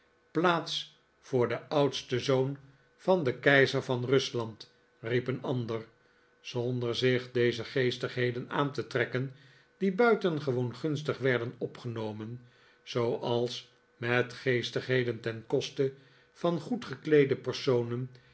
plaats voor den oudsten zoon van den keizer van rusland riep een ander zonder zich deze geestigheden aan te trekken die buitengewoon gunstig werden opgenomen zooals met geestigheden ten koste van goedgekleede personen